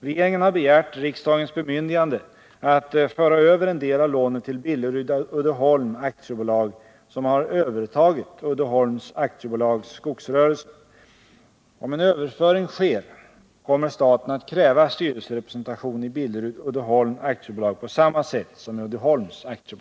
Regeringen har begärt riksdagens bemyndigande att föra över en del av lånet till Billerud-Uddeholm AB, som har övertagit Uddeholms AB:s skogsrörelse. Om en överföring sker, kommer staten att kräva styrelserepresentation i Billerud-Uddeholm AB på samma sätt som i Uddeholms AB.